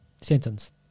sentence